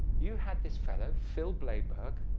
you had this fellow, phil blaiberg,